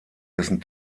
dessen